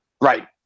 Right